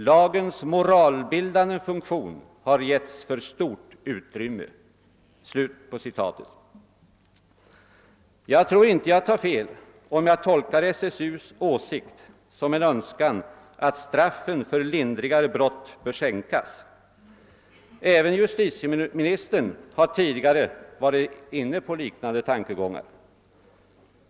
Lagens moralbindande funktion har getts för stort utrymme.» Jag tror inte att jag tar fel om jag tolkar SSU:s åsikt som en önskan att straffen för lindrigare brott bör sänkas. Även justitieministern har tidigare varit inne på liknande tankegångar.